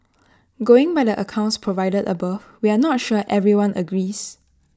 going by the accounts provided above we're not sure everyone agrees